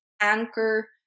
Anchor